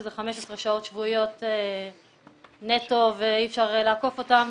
שזה 15 שעות שבועיות נטו ואי אפשר לעקוף אותן,